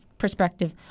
perspective